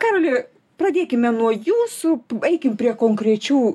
karoli pradėkime nuo jūsų eim prie konkrečių